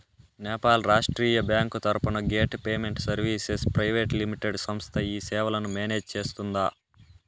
Nepal Rashtriya bank తరపున gate payment services private limited సంస్థ ఈ సేవలను మేనేజ్ సేస్తుందా?